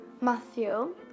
Matthew